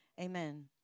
Amen